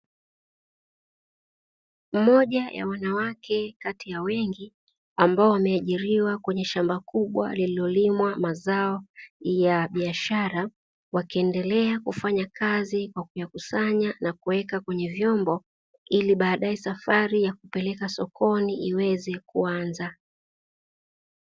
Mmoja ya wanawake kati ya wengi ambao wameajiriwa kwenye shamba kubwa lililolimwa mazao ya biashara, wakiendelea kufanya kazi kwa kuyakusanya na kuweka kwenye vyombo, ili baadaye safari ya kuyakusanya na kupeleka sokoni iweze kuanza.